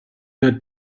یاد